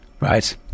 Right